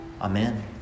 Amen